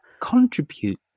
contribute